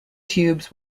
tubes